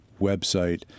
website